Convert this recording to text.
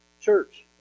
church